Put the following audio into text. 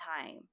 time